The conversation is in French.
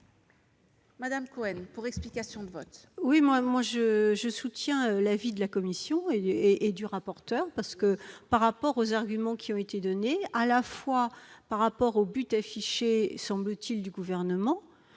Laurence Cohen, pour explication de vote.